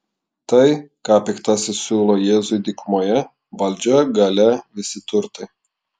tai ką piktasis siūlo jėzui dykumoje valdžia galia visi turtai